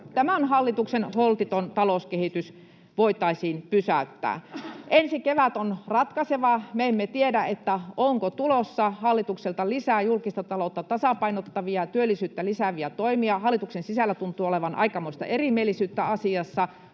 tämän hallituksen holtiton talouskehitys voitaisiin pysäyttää. Ensi kevät on ratkaiseva. Me emme tiedä, onko hallitukselta tulossa lisää julkista taloutta tasapainottavia, työllisyyttä lisääviä toimia. Hallituksen sisällä tuntuu olevan aikamoista erimielisyyttä asiassa.